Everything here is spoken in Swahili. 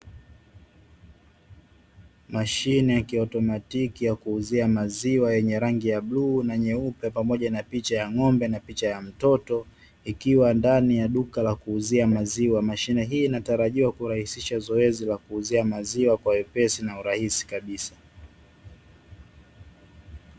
Mashine ya ki automatiki ya kuuzia maziwa yenye rangi ya bluu na nyeupe pamoja na picha ya ng`ombe na picha ya mtoto ikiwa ndani ya duka la kuuzia maziwa. Mashine hii inatarajiwa kurahisisha zoezi la kuuzia maziwa kwa wepesi na urahisi kabisa.